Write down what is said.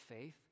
faith